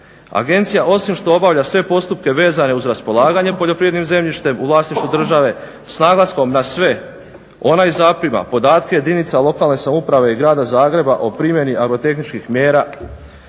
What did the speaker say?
Agencija osim što obavlja sve postupke vezane uz raspolaganje poljoprivrednim zemljištem u vlasništvu države s naglaskom na sve ona i zaprima podatke jedinica lokalne samouprave i Grada Zagreba o primjeni agrotehničkih mjera,